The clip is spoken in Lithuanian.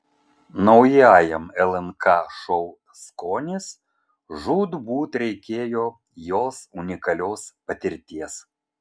naujajam lnk šou skonis žūtbūt reikėjo jos unikalios patirties